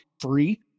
Free